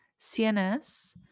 CNS